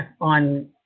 on